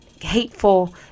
hateful